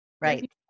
Right